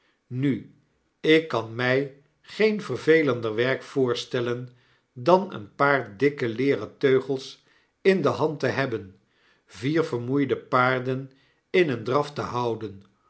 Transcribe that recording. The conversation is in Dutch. nu ik kan mij geen vervelender werk voorstellen dan een paar dikke leeren teugels in de hand te hebben vier vermoeide paarden in een drafte houden